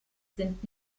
sind